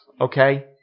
okay